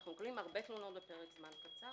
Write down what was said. אנו מקבלים הרבה תלונות בפרק זמן קצר,